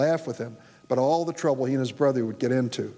laugh with him but all the trouble his brother would get into